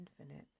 infinite